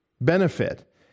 benefit